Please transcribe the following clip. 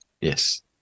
Yes